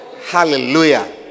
hallelujah